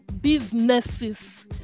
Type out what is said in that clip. Businesses